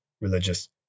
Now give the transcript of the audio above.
religious